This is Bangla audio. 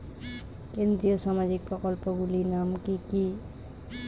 কেন্দ্রীয় সামাজিক প্রকল্পগুলি নাম কি কি?